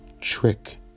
trick